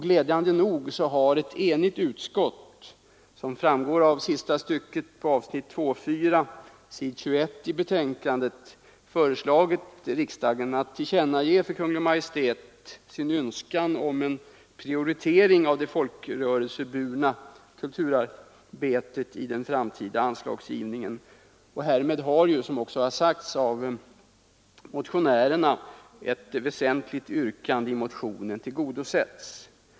Glädjande nog har ett enigt utskott — såsom framgår av sista stycket på avsnittet 2.4, s. 21 i betänkandet — föreslagit riksdagen att tillkännage för Kungl. Maj:t sin önskan om en prioritering av det folkrörelseburna kulturarbetet i den framtida anslagsgivningen. Härmed har ett väsentligt yrkande i motionen tillgodosetts.